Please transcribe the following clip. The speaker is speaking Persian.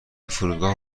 فرودگاه